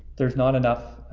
there's not enough,